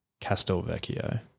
Castelvecchio